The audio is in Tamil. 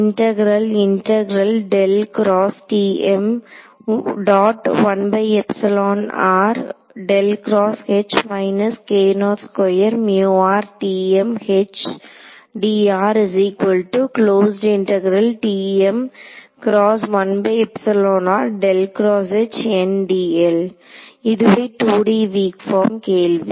இதுவே 2D வீக் பார்ம் கேள்வி